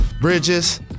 Bridges